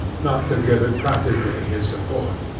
not to give it practically his support.